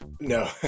No